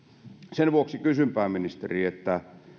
sen vuoksi kysyn pääministeri